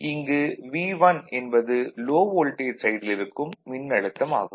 இங்கு V1 என்பது low voltage சைடில் இருக்கும் மின்னழுத்தம் ஆகும்